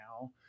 now